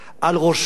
על ראשו,